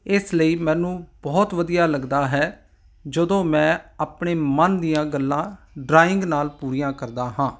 ਇਸ ਲਈ ਮੈਨੂੰ ਬਹੁਤ ਵਧੀਆ ਲੱਗਦਾ ਹੈ ਜਦੋਂ ਮੈਂ ਆਪਣੇ ਮਨ ਦੀਆਂ ਗੱਲਾਂ ਡਰਾਇੰਗ ਨਾਲ ਪੂਰੀਆਂ ਕਰਦਾ ਹਾਂ